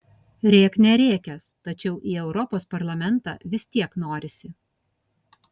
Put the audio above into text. rėk nerėkęs tačiau į europos parlamentą vis tiek norisi